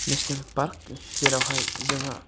national park जेरावहाय जोंहा